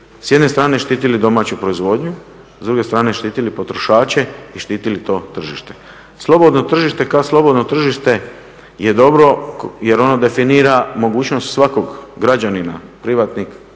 s jedne strane štitili domaću proizvodnju, s druge strane štitili potrošače i štitili to tržište. Slobodno tržište kao slobodno tržište je dobro jer ono definira mogućnost svakog građanina, privatnog